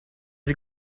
you